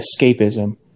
escapism